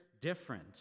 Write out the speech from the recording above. different